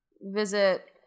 visit